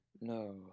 No